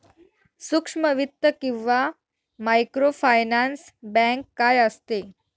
सूक्ष्म वित्त किंवा मायक्रोफायनान्स बँक काय असते?